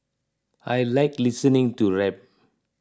I like listening to rap